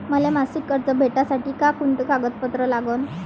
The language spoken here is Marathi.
मले मासिक कर्ज भेटासाठी का कुंते कागदपत्र लागन?